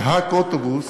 נהג אוטובוס